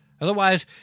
Otherwise